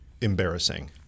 embarrassing